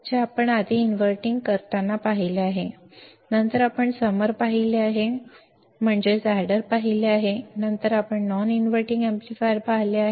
जे आपण आधी इनव्हर्टिंग करताना पाहिले आहे नंतर आपण समर पाहिले आहे नंतर आपण नॉन इनव्हर्टिंग एम्पलीफायर पाहिले आहे